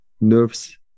nerves